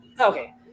Okay